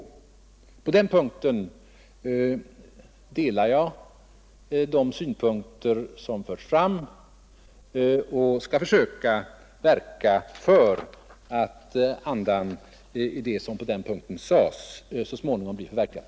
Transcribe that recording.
Där delar jag de synpunkter som förts fram och skall försöka verka för att andan i det som sades på denna punkt så småningom blir förverkligad.